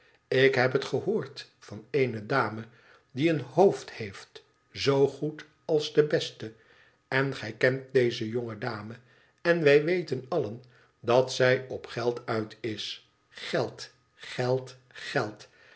ik heb het gehoord van eene dame die een hoofd heeft zoo goed als de beste en zij kent deze jonge dame en wij weten allen dat zij op geld uit is geld geld geld